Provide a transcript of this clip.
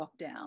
lockdown